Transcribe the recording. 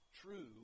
true